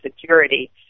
security